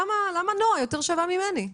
למה נעה יותר שווה ממני?